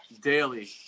daily